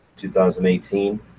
2018